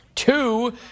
Two